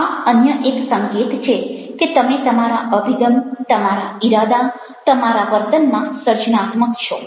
આ અન્ય એક સંકેત છે કે તમે તમારા અભિગમ તમારા ઈરાદા તમારા વર્તનમાં સર્જનાત્મક છો